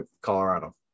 Colorado